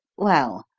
well,